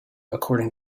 according